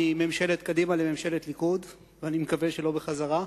מממשלת קדימה לממשלת ליכוד, ואני מקווה שלא בחזרה,